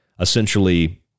essentially